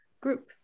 group